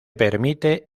permite